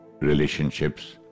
relationships